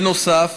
בנוסף,